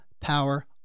power